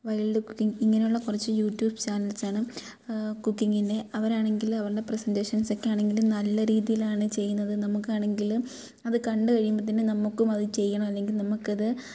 wild cooking ഇങ്ങനെയുള്ള കുറച്ച് YouTube ചാനൽസാണ് കുക്കിങ്ങിൻ്റെ അവരാണെങ്കിൽ അവരുടെ പ്രസേൻറ്റേഷൻസ് ഒക്കെ ആണെങ്കിൽ നല്ല രീതിയിലാണ് ചെയ്യുന്നത് നമുക്ക് ആണെങ്കിലും അത് കണ്ട് കഴിയുമ്പോൾ തന്നെ നമുക്കും അത് ചെയ്യണം അല്ലെങ്കിൽ നമുക്ക് അത്